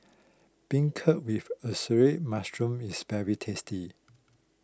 Beancurd with Assorted Mushrooms is very tasty